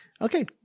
Okay